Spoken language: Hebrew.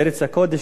לארץ הקודש,